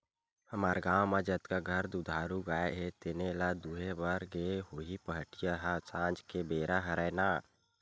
हमर गाँव म जतका घर दुधारू गाय हे तेने ल दुहे बर गे होही पहाटिया ह संझा के बेरा हरय ना